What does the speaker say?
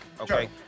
okay